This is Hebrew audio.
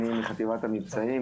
אני מחטיבת המצבעים.